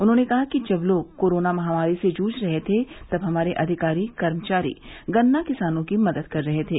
उन्होंने कहा कि जब लोग कोरोना महामारी से जूझ रहे थे तब हमारे अधिकारी कर्मचारी गन्ना किसानों की मदद कर रहे थे